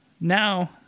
now